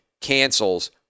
cancels